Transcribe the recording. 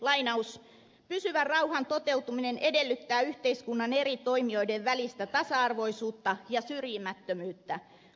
pysyvän rauhan toteutuminen edellyttää yhteiskunnan eri toimijoiden välistä tasa arvoisuutta ja syrjimättömyyttä